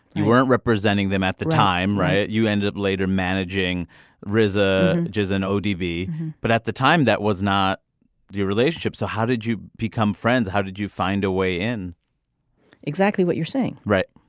you weren't representing them at the time right. you end up later managing risa which is an otb but at the time that was not the relationship so how did you become friends how did you find a way in exactly what you're saying right.